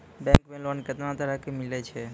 Bank मे loan कैतना तरह के मिलै छै?